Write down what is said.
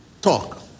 talk